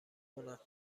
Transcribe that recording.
کند